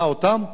אני מסכים.